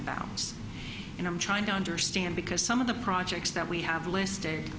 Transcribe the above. about and i'm trying to understand because some of the projects that we have listed